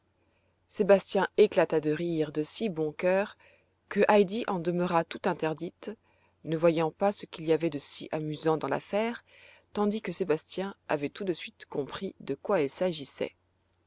sébastien éclata de rire de si bon cœur que heidi en demeura tout interdite ne voyant pas ce qu'il y avait de si amusant dans l'affaire tandis que sébastien avait tout de suite compris de quoi il s'agissait